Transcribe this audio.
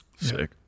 Sick